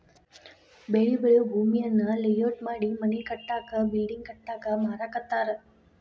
ಬೆಳಿ ಬೆಳಿಯೂ ಭೂಮಿಯನ್ನ ಲೇಔಟ್ ಮಾಡಿ ಮನಿ ಕಟ್ಟಾಕ ಬಿಲ್ಡಿಂಗ್ ಕಟ್ಟಾಕ ಮಾರಾಕತ್ತಾರ